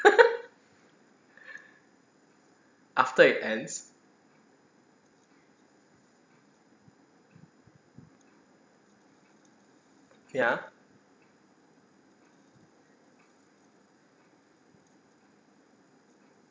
after it ends ya